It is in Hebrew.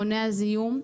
מונע זיהום,